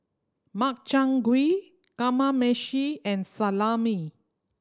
Makchang Gui Kamameshi and Salami